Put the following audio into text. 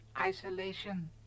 Isolation